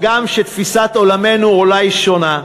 הגם שתפיסת עולמנו אולי שונה,